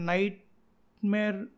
Nightmare